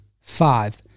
five